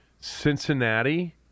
Cincinnati